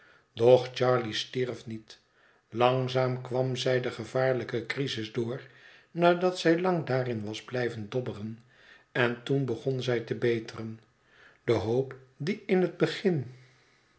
doch charley stierf niet langzaam kwam zij de gevaarlijke crisis door nadat zij lang daarin was blijven dobberen en toen begon zij te beteren de hoop die in het begin